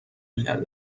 کرده